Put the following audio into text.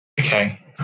Okay